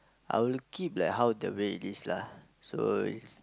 I will look it like how the way is lah so is